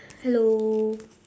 hello